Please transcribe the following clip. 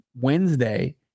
Wednesday